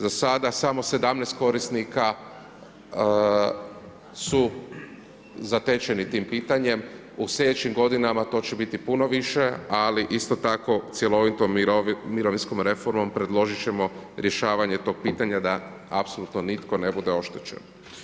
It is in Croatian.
Za sada samo 17 korisnika su zatečeni tim pitanje, u slijedećim godinama to će biti puno više ali isto tako cjelovitom mirovinskom reformom predložiti ćemo rješavanje tog pitanja, da apsolutno nitko ne bude oštećen.